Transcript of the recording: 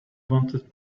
wanted